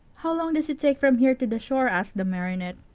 how long does it take from here to the shore? asked the marionette.